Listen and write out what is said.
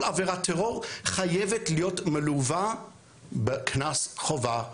כל עבירת טרור חייבת להיות מלווה בקנס חובה,